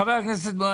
חבר הכנסת,